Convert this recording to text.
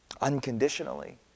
Unconditionally